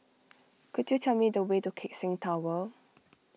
could you tell me the way to Keck Seng Tower